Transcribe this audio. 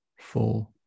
four